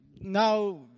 now